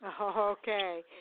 Okay